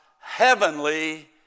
heavenly